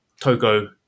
Togo